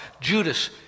Judas